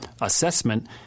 assessment